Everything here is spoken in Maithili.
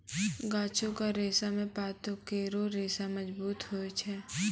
गाछो क रेशा म पातो केरो रेशा मजबूत होय छै